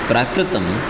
प्राकृतम्